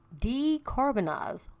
decarbonize